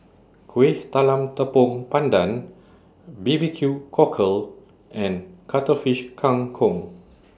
Kuih Talam Tepong Pandan B B Q Cockle and Cuttlefish Kang Kong